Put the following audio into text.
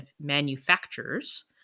manufacturers